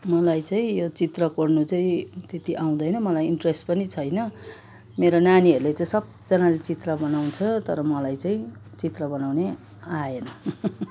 मलाई चाहिँ यो चित्र कोर्नु चाहिँ त्यति आउँदैन मलाई इन्ट्रेस्ट पनि छैन मेरो नानीहरूले चाहिँ सबजनाले चित्र बनाउँछ तर मलाई चाहिँ चित्र बनाउनै आएन